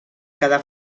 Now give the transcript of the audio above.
quedar